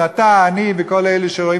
לפני שהוא עלה,